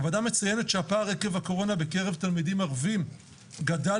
הוועדה מציינת שהפער עקב הקורונה בקרב תלמידים ערבים גדל